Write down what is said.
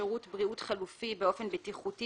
שירות בריאות חלופי באופן בטיחותי,